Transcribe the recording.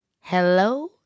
Hello